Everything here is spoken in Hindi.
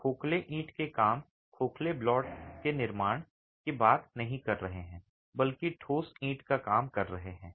हम खोखले ईंट के काम खोखले ब्लॉक के निर्माण की बात नहीं कर रहे हैं बल्कि ठोस ईंट का काम कर रहे हैं